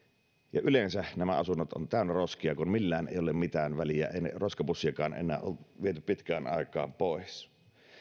ja yleensä nämä asunnot ovat täynnä roskia kun millään ei ole mitään väliä roskapussiakaan ei ole viety pitkään aikaan pois voidaan